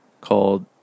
called